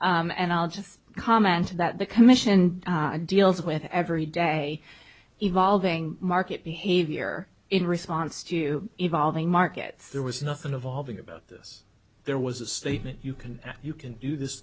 and i'll just comment that the commission deals with every day evolving market behavior in response to evolving markets there was nothing evolving about this there was a statement you can you can do this